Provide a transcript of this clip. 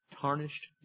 tarnished